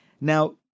Now